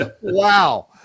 Wow